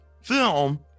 film